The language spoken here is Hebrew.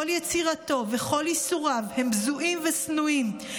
כל יצירתו וכל ייסוריו הם בזויים ושנואים,